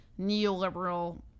neoliberal